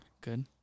Good